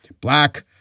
Black